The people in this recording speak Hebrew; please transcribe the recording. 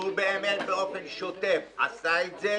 שהוא באמת באופן שוטף עשה את זה,